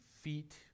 feet